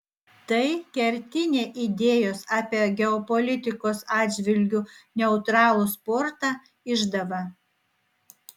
tai kertinė idėjos apie geopolitikos atžvilgiu neutralų sportą išdava